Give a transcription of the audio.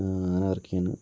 അങ്ങനെ വർക്കുചെയ്യുവാണ്